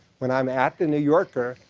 when i'm at the new yorker,